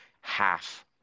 half